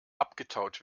abgetaut